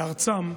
לארצם,